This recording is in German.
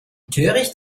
töricht